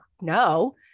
no